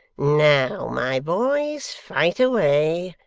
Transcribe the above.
now, my boys, fight away.